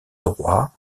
droit